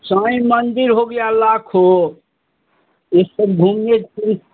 साईं मंदिर हो गया लाखों ये सब घूमने फिर